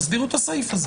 תסבירו את הסעיף הזה.